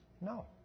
No